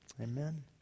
Amen